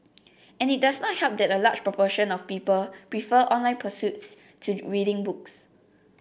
and it does not help that a large proportion of people prefer online pursuits to reading books